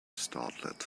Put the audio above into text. startled